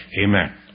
Amen